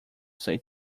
say